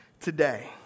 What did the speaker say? today